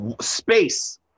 Space